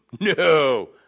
no